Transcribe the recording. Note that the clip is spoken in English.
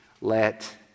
let